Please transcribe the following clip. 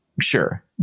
Sure